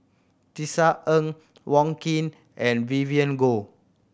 Tisa Ng Wong Keen and Vivien Goh